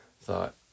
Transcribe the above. thought